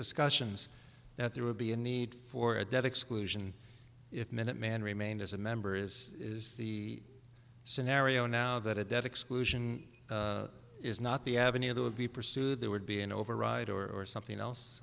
discussions that there would be a need for a debt exclusion if minuteman remained as a member is is the scenario now that a debt exclusion is not the avenue that would be pursued there would be an override or something else